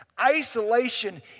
Isolation